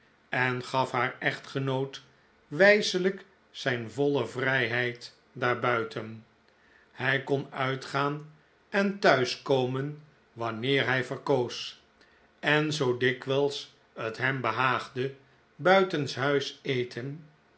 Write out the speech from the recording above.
en gaf haar echtgenoot wijselijk zijn voile vrijheid daarbuiten hij kon uitgaan en thuis komen wanneer hij verkoos en zoo dikwijls het hem behaagde buitenshuis eten